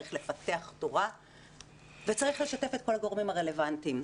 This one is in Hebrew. צריך לפתח תורה וצריך לשתף את כל הגורמים הרלוונטיים.